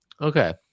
Okay